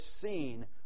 seen